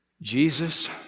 Jesus